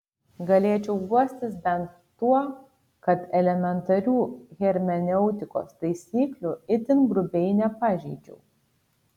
galėčiau guostis bent tuo kad elementarių hermeneutikos taisyklių itin grubiai nepažeidžiau